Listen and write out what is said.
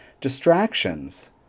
distractions